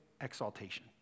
Exaltation